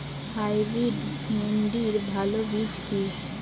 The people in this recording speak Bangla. হাইব্রিড ভিন্ডির ভালো বীজ কি?